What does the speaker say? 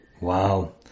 Wow